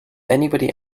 anybody